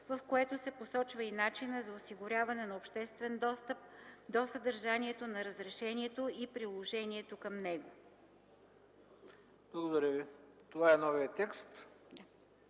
в което се посочва и начинът за осигуряване на обществен достъп до съдържанието на разрешението и приложението към него.”